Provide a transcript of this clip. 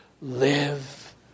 live